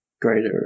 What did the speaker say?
greater